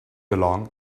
along